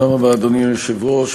אדוני היושב-ראש,